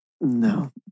No